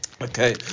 Okay